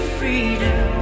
freedom